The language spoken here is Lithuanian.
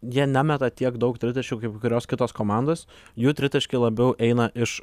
jie nemeta tiek daug tritaškių kaip kai kurios kitos komandos jų tritaškiai labiau eina iš